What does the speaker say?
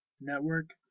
Network